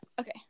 okay